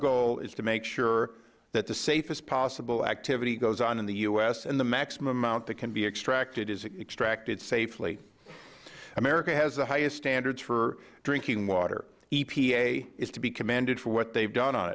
goal is to make sure that the safest possible activity goes on in the u s and the maximum amount that can be extracted is extracted safely america has the highest standards for drinking water epa is to be commended for what they've done